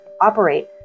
operate